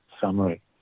summary